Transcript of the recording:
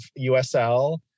USL